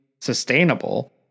sustainable